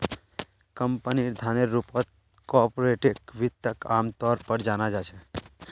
कम्पनीर धनेर रूपत कार्पोरेट वित्तक आमतौर पर जाना जा छे